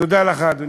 תודה לך, אדוני.